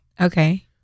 Okay